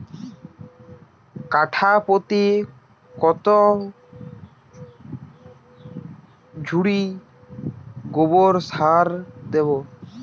কাঠাপ্রতি কত ঝুড়ি গোবর সার দেবো?